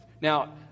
Now